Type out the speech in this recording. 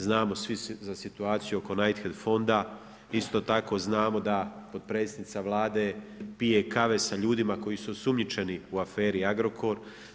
Znamo svi za situaciju oko Knighthead fonda, isto tako znamo da potpredsjednica Vlade pije kave sa ljudima koji su osumnjičeni u aferi Agrokor.